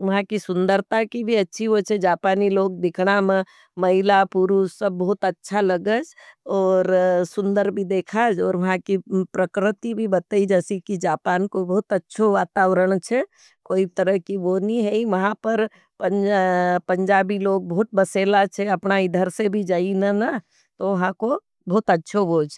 वहाँ की सुन्दरता की भी अच्छी होचे, जापानी लोग दिखना में, महिला, पुरू, सब बहुत अच्छा लगेगे। और सुन्दर भी देखे, और वहाँ की प्रकरती भी बते जाएगे, जापान को बहुत अच्छो वातावरण है। कोई तरह की वो नहीं है, महाँ पर पंजाबी लोग बहुत बसेला है। अपना इधर से भी जाईना ना, तो महाँ को बहुत अच्छो वो है।